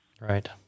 Right